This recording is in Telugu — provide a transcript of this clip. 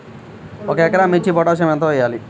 ఒక ఎకరా మిర్చీకి పొటాషియం ఎంత వెయ్యాలి?